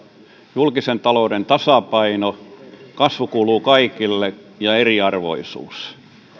julkisen talouden tasapaino se että kasvu kuuluu kaikille ja eriarvoisuus